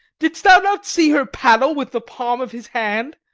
didst thou not see her paddle with the palm of his hand?